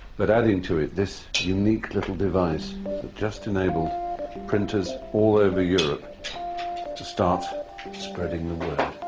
but adding to it this unique little device that just enabled printers all over europe to start spreading the word.